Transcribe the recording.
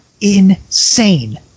insane